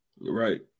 Right